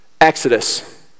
Exodus